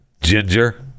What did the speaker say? ginger